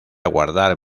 guardar